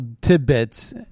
tidbits